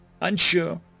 unsure